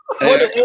Hey